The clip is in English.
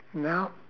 now